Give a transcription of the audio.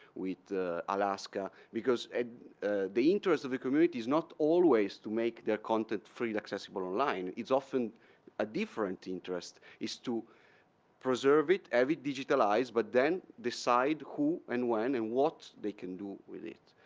with alaska. because the interest of the community is not always to make their content freely accessible online. it's often a different interest is to preserve it, have it digitizeized, but then decide who and when and what they can do with it.